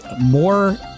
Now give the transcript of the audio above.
more